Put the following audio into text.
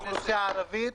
הערבית,